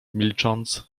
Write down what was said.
milcząc